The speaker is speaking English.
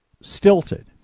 stilted